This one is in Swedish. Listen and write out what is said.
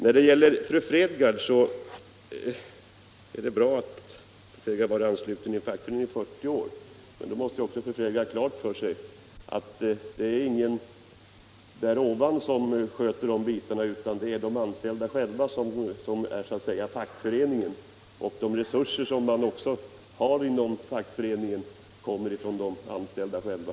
Vad sedan gäller fru Fredgardh är det bra att hon har varit fackligt ansluten i 40 år, men då måste hon rimligtvis också ha klart för sig att det inte är någon där ovan som sköter om de bitarna, utan det är de anställda själva som så att säga är fackföreningen. Och de resurser som man har inom fackföreningen kommer från de anställda själva.